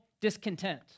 discontent